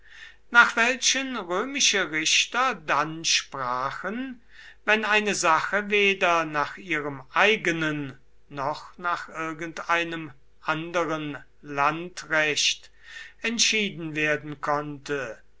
nach welchen römische richter dann sprachen wenn eine sache weder nach ihrem eigenen noch nach irgendeinem anderen landrecht entschieden werden konnte